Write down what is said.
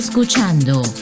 Escuchando